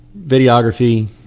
videography